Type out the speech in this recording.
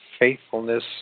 faithfulness